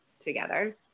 together